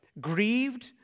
grieved